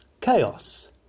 Chaos